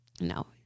no